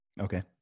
Okay